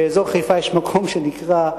באזור חיפה יש מקום שנקרא,